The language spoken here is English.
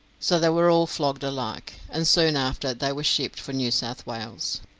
so they were all flogged alike, and soon after they were shipped for new south wales.